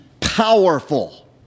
powerful